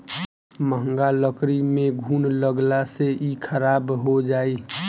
महँग लकड़ी में घुन लगला से इ खराब हो जाई